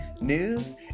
news